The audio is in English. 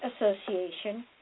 Association